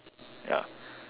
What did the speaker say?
ya